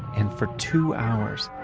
and for two hours,